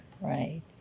Right